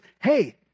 hey